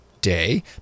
Day